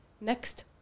next